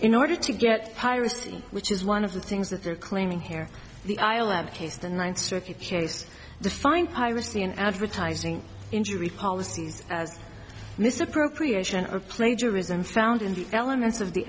in order to get piracy which is one of the things that they're claiming here the island case the ninth circuit shows the fine piracy in advertising injury policies as misappropriation of plagiarism found in the elements of the